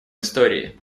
истории